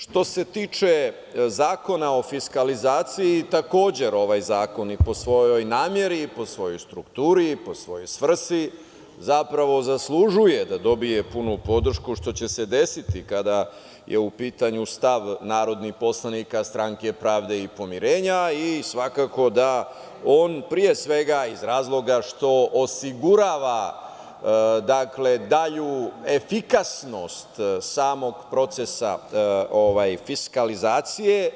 Što se tiče Zakona o fiskalizaciji, takođe ovaj zakon po svojoj nameni, po svojoj strukturi, po svojoj svrsi, zapravo zaslužuje da dobije punu podršku, što će se desiti kada je u pitanju stav narodnih poslanika Stranke pravde i pomirenja i svakako da on, pre svega, iz razloga što osigurava dalju efikasnost samog procesa fiskalizacije,